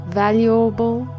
valuable